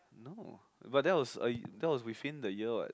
no but that was a that was within the year what